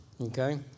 Okay